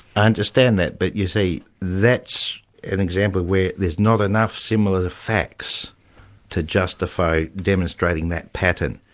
i understand that, but you see that's an example of where there's not enough similar facts to justify demonstrating that pattern.